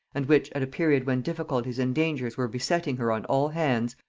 and which, at a period when difficulties and dangers were besetting her on all hands,